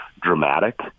dramatic